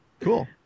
cool